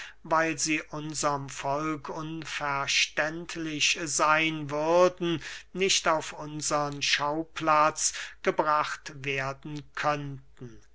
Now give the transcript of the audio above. weil sie unserm volk unverständlich seyn würden nicht auf unsern schauplatz gebracht werden könnten